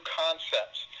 concepts